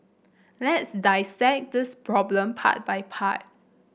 let's dissect this problem part by part